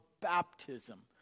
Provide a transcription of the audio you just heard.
baptism